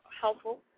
helpful